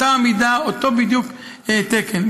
אותה העמידה, בדיוק אותו תקן.